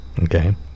Okay